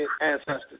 ancestors